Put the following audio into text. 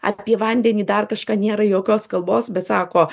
apie vandenį dar kažką nėra jokios kalbos bet sako